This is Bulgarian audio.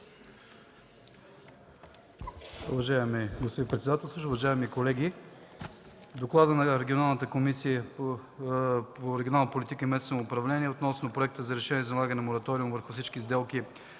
Уважаеми господин председателстващ, уважаеми колеги! „ДОКЛАД на Комисията по регионална политика и местно самоуправление относно Проект за решение за налагане на мораториум върху всички сделки